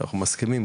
אנחנו מסכימים,